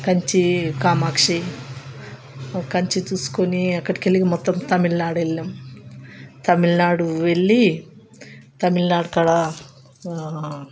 కంచి కామాక్షి కంచి చూసుకుని అక్కడికి వెళ్ళి మొత్తం తమిళనాడు వెళ్ళినాం తమిళనాడు వెళ్ళి తమిళనాడు కాడ